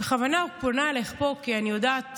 אני בכוונה פונה אלייך פה, כי אני יודעת